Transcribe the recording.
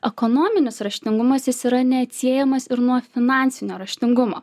ekonominis raštingumas jis yra neatsiejamas ir nuo finansinio raštingumo